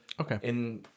Okay